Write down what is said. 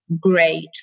great